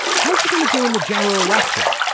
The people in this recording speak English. how is she going to do in the general election?